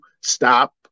stop